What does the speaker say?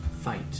fight